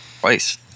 Twice